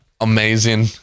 amazing